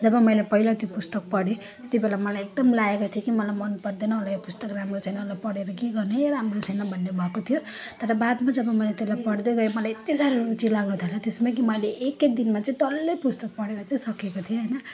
जब मैले पहिला त्यो पुस्तक पढेँ त्यो बेला मलाई एकदम लागेको थियो कि मलाई मनपर्दैन होला यो पुस्तक राम्रो छैन होला पढेर के गर्ने ए राम्रो छैन भन्ने भएको थियो तर बादमा जब मैले त्यसलाई पढ्दै गएँ मलाई यत्ति साह्रो रुचि लाग्नथाल्यो त्यसमा कि मैले एकै दिनमा चाहिँ डल्लै पुस्तक पढेर चाहिँ सकेको थिएँ होइन